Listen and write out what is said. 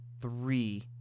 three